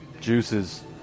juices